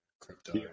Crypto